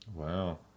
Wow